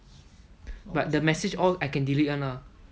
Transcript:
but the message all I can delete [one] lah